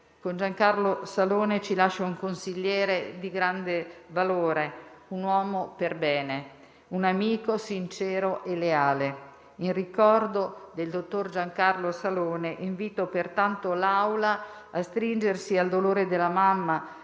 Con Giancarlo Salone ci lascia un consigliere di grande valore, un uomo perbene, un amico sincero e leale. In ricordo del dottor Giancarlo Salone, invito pertanto l'Assemblea a stringersi al dolore della mamma